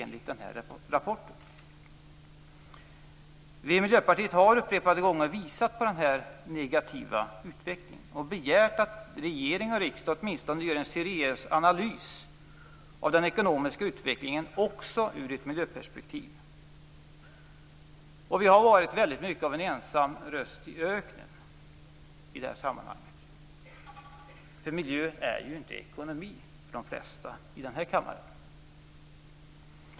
Vi i Miljöpartiet har upprepade gånger visat på den här negativa utvecklingen och begärt att regering och riksdag åtminstone skall göra en seriös analys av den ekonomiska utvecklingen också ur ett miljöperspektiv. Vi har i det sammanhanget varit väldigt mycket av en ensam röst i öknen. Miljö är ju inte ekonomi för de flesta i den här kammaren.